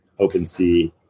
OpenSea